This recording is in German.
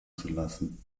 zulassen